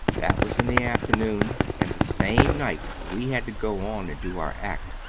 that was in the afternoon, and the same night we had to go on and do our act.